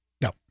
No